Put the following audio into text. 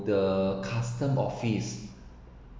the custom office